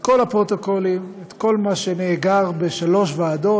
את כל הפרוטוקולים, את כל מה שנאגר בשלוש ועדות: